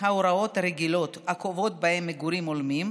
ההוראות הרגילות הקובעות מהם מגורים הולמים,